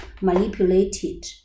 manipulated